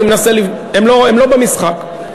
הם לא במשחק.